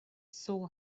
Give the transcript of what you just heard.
soul